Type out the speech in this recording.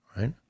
right